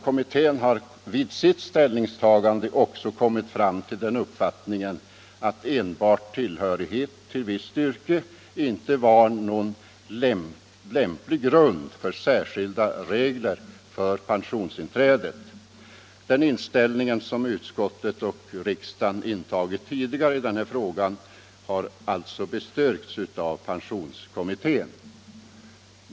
Kommittén har vid sitt ställningstagande också kommit till den uppfattningen att enbart tillhörighet till visst yrke inte var någon lämplig grund för särskilda regler för pensionsinträdet. Den inställning som utskottet och riksdagen intagit tidigare i den här frågan har alltså bestyrkts av pensionskommittén.